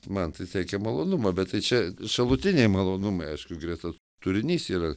man tai teikia malonumą bet tai čia šalutiniai malonumai aišku greta turinys yra